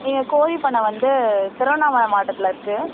எங்கள் கோழிப் பண்ணை வந்து திருவண்ணாமலை மாவட்டத்தில் இருக்குது